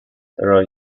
roy